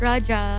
Raja